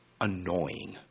annoying